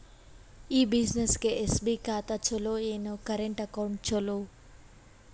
ಈ ಬ್ಯುಸಿನೆಸ್ಗೆ ಎಸ್.ಬಿ ಖಾತ ಚಲೋ ಏನು, ಕರೆಂಟ್ ಅಕೌಂಟ್ ಚಲೋ?